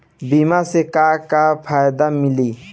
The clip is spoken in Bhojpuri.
बीमा से का का फायदा मिली?